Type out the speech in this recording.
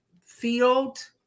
field